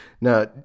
Now